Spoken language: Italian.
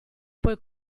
poi